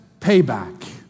payback